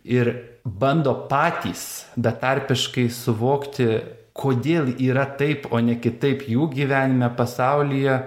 ir bando patys betarpiškai suvokti kodėl yra taip o ne kitaip jų gyvenime pasaulyje